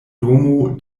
domo